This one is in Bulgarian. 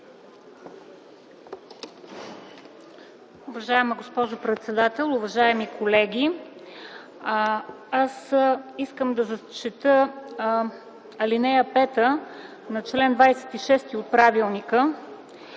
Уважаема госпожо председател, уважаеми колеги! Аз искам да зачета ал. 5 на чл. 26 от правилника,